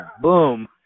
Boom